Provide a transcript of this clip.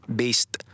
based